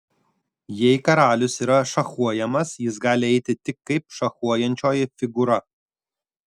jei karalius yra šachuojamas jis gali eiti tik kaip šachuojančioji figūra